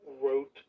wrote